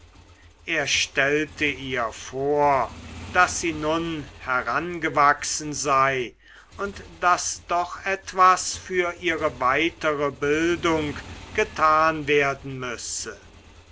er stellte ihr vor daß sie nun herangewachsen sei und daß doch etwas für ihre weitere bildung getan werden müsse